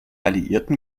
alliierten